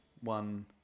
one